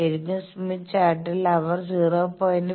ശെരിക്കും സ്മിത്ത് ചാർട്ടിൽ അവർ 0